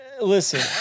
Listen